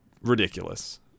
ridiculous